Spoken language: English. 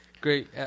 Great